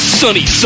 sunny